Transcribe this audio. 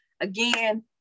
again